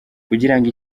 kugirango